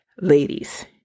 Ladies